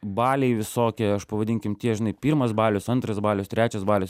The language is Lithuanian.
baliai visokie aš pavadinkim tie žinai pirmas balius antras balius trečias balius